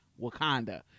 Wakanda